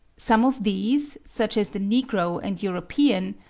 some of these, such as the negro and european,